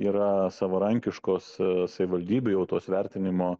yra savarankiškos savivaldybių jau tos vertinimo